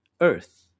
Earth